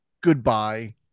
goodbye